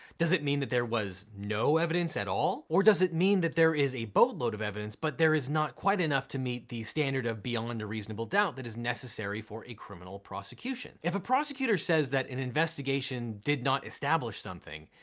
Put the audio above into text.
does it mean that there was no evidence at all or does it mean that there is a boatload of evidence but there is not quite enough to meet the standard of beyond a reasonable doubt that is necessary for a criminal prosecution? if a prosecutor says that an investigation did not establish something,